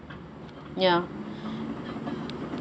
ya